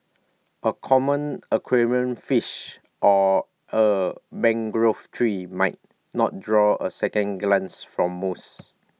A common aquarium fish or A mangrove tree might not draw A second glance from most